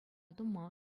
тума